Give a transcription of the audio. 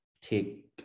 take